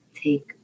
take